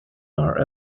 are